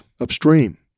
upstream